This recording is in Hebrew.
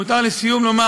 אם מותר לסיום לומר,